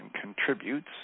contributes